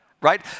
Right